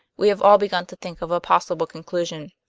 we have all begun to think of a possible conclusion.